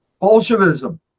Bolshevism